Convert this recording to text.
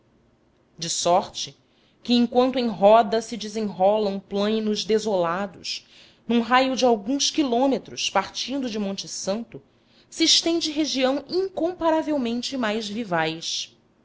de sorte que enquanto em roda se desenrolam plainos desolados num raio de alguns quilômetros partindo de monte santo se estende região incomparavelmente mais vivaz